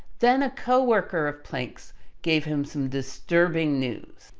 then, a co-worker of planck's gave him some disturbing news.